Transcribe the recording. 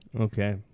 Okay